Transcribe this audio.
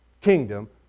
kingdom